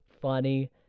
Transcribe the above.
funny